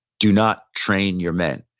do not train your men.